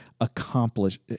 accomplish